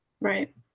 right